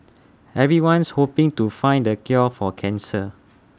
everyone's hoping to find the cure for cancer